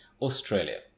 Australia